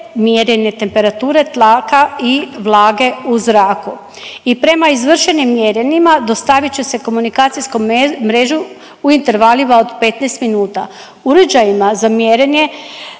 mjerenje temperature tlaka i vlage u zraku. I prema izvršenim mjerenjima dostavit će se komunikacijskom mrežu u intervalima od 15 minuta. Uređajima za mjerenje